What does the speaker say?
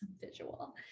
visual